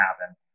happen